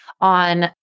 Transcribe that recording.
on